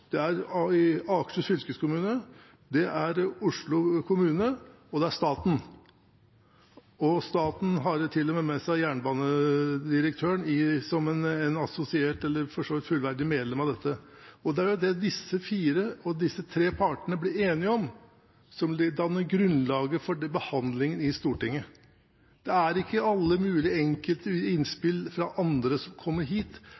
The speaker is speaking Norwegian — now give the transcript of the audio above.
Det er tre parter: Det er Akershus fylkeskommune, det er Oslo kommune, og det er staten. Staten har til og med med seg jernbanedirektøren, som et for så vidt fullverdig medlem av dette. Det er det disse fire og disse tre partene blir enige om, som vil danne grunnlaget for behandlingen i Stortinget, ikke alle mulige enkeltinnspill fra andre som kommer hit.